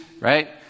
right